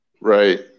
Right